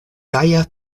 gaja